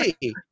hey